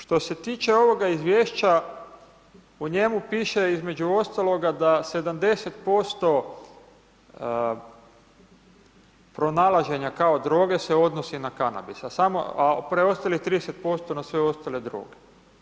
Što se tiče ovoga izvješća u njemu piše između ostaloga da 70% pronalaženja kao droge se odnosi na kanabis, a preostalih 30% na sve ostale droge.